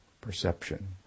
perception